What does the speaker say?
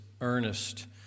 earnest